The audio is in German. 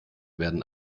werden